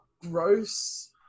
gross